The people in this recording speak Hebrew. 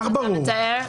שאתה מתאר --- לך ברור.